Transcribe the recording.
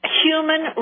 human